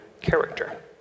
character